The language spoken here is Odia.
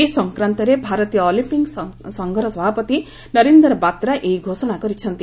ଏ ସଂକ୍ରାନ୍ତରେ ଭାରତୀୟ ଅଲିମ୍ପିକ୍ ସଂଘର ସଭାପତି ନରୀନ୍ଦର ବାତ୍ରା ଏହି ଘୋଷଣା କରିଛନ୍ତି